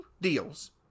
deals